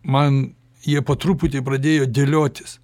man jie po truputį pradėjo dėliotis